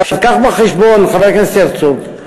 חבר הכנסת הרצוג,